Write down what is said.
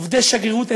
עובדי שגרירות,